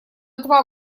два